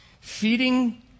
Feeding